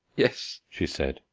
yes, she said.